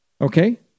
Okay